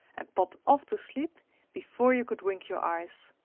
and popped off to sleep before you could wink your eyes.